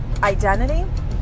identity